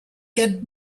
get